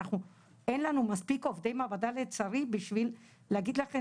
אין לנו מספיק עובדי מעבדה לצערי בשביל להגיד לכם